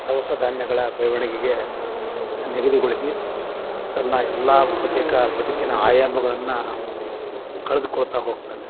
ದವಸಧಾನ್ಯಗಳ ಬೆಳವಣಿಗೆಗೆ ನಿಗದಿಗೊಳಿಸಿ ತನ್ನ ಎಲ್ಲ ಬಹುತೇಕ ಬದುಕಿನ ಆಯಾಮಗಳನ್ನು ಕಳೆದುಕೊಳ್ತಾ ಹೋಗ್ತಾನೆ